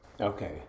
Okay